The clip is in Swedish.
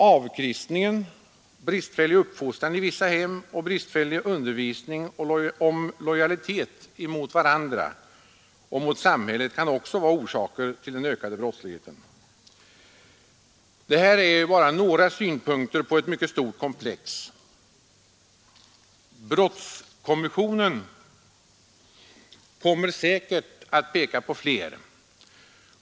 Avkristningen, bristfällig uppfostran i vissa hem och bristfällig undervisning om lojalitet mot varandra och mot samhället kan också vara orsaker till den ökade brottsligheten. Det här är bara några synpunkter på ett mycket stort komplex. Brottskommissionen kommer säkert att peka på fler.